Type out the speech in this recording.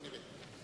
כנראה.